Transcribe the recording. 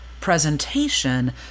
presentation